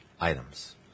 Items